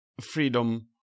freedom